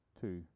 two